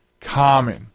common